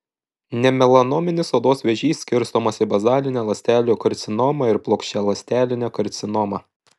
nemelanominis odos vėžys skirstomas į bazalinę ląstelių karcinomą ir plokščialąstelinę karcinomą